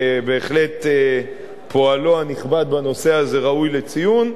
שבהחלט פועלו הנכבד בנושא הזה ראוי לציון,